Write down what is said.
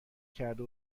کرده